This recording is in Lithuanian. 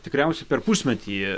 tikriausiai per pusmetį